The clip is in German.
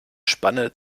spanne